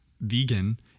Vegan